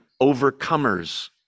overcomers